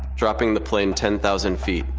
dropping the plane ten thousand feet.